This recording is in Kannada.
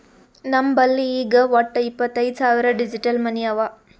ನಮ್ ಬಲ್ಲಿ ಈಗ್ ವಟ್ಟ ಇಪ್ಪತೈದ್ ಸಾವಿರ್ ಡಿಜಿಟಲ್ ಮನಿ ಅವಾ